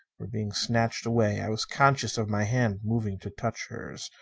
were being snatched away. i was conscious of my hand moving to touch hers.